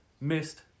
Missed